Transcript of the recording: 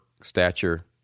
stature